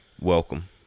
welcome